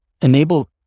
enable